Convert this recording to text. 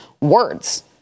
words